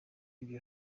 ibyo